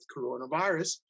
coronavirus